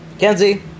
Kenzie